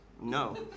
No